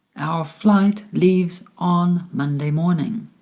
our flight leaves on monday morning.